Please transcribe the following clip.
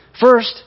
First